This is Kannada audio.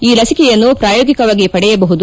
ಈ ಲಸಿಕೆಯನ್ನು ಪ್ರಾಯೋಗಿಕವಾಗಿ ಪಡೆಯಬಹುದು